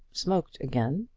smoked again,